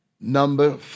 Number